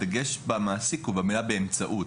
הדגש במעסיק